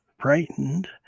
frightened